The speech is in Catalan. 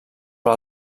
per